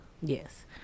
Yes